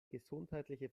gesundheitliche